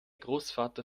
großvater